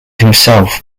himself